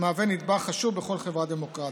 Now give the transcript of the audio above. המהווה נדבך חשוב בכל חברה דמוקרטית.